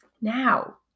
Now